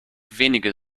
wenige